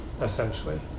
essentially